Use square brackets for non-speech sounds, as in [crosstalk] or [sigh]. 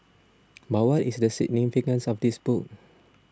[noise] but what is the significance of this book